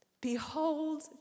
Behold